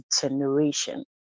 generation